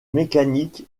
mécanique